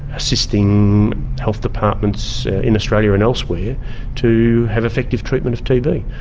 assisting health departments in australia and elsewhere to have effective treatment of tb.